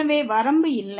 எனவே வரம்பு இல்லை